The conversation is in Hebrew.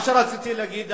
מה שרציתי להגיד,